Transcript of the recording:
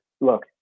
Look